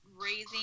raising